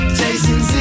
Chasing